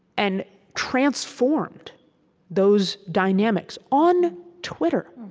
and transformed those dynamics on twitter,